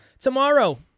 Tomorrow